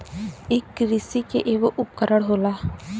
इ किरसी के ऐगो उपकरण होला